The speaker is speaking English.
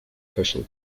persian